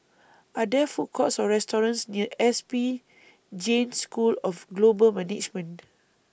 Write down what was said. Are There Food Courts Or restaurants near S P Jain School of Global Management